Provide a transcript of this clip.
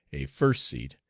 a first seat,